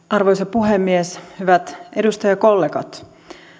arvoisa puhemies hyvät edustajakollegat